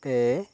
ᱯᱮ